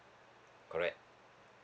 correct